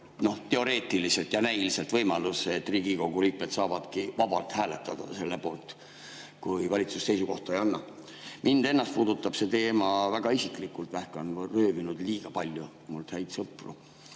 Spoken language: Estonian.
teoreetiliselt ja näiliselt võimaluse, et Riigikogu liikmed saavadki vabalt hääletada selle poolt, kui valitsus seisukohta ei anna. Mind ennast puudutab see teema väga isiklikult, vähk on röövinud liiga palju minult häid sõpru.